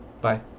Bye